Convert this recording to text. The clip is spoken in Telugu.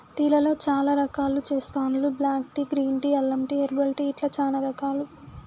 టీ లలో చాల రకాలు చెస్తాండ్లు బ్లాక్ టీ, గ్రీన్ టీ, అల్లం టీ, హెర్బల్ టీ ఇట్లా చానా రకాలు